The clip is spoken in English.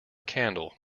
candle